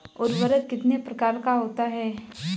उर्वरक कितने प्रकार का होता है?